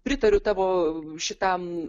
pritariu tavo šitam